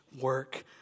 work